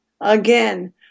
Again